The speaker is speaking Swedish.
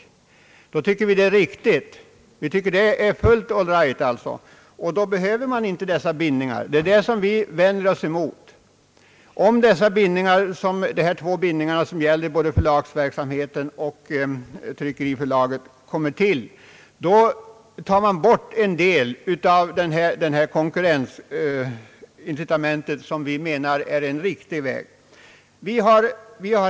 Ett sådant förhållande tycker vi är riktigt, det är fullt all right, men då behövs inte dessa bindningar. Det är det vi vänder oss emot. Om de här två bindningarna, som gäller både förlagsverksamheten och tryckeriverksamheten, kommer till stånd, tar man bort en del av det konkurrensförhållande som vi menar är en riktig och kontrollerande funktion.